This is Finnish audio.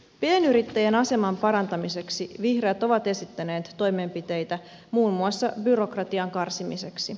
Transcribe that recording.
pienyrittäjien aseman parantamiseksi vihreät ovat esittäneet toimenpiteitä muun muassa byrokratian karsimiseksi